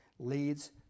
leads